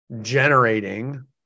generating